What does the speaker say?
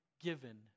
given